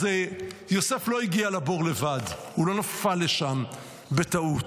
יוסף לא הגיע לבור לבד, הוא לא נפל לשם בטעות.